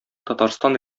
татарстан